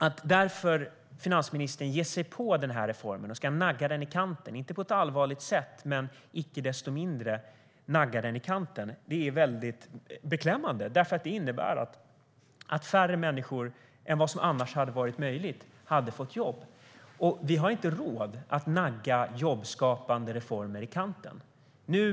Att finansministern ger sig på den här reformen och ska nagga den i kanten, inte på ett allvarligt sätt men icke desto mindre nagga den i kanten, är beklämmande. Det innebär att färre människor än vad som annars hade varit möjligt får jobb. Vi har inte råd att nagga jobbskapande reformer i kanten.